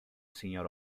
sir